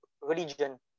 religion